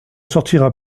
sortira